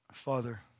Father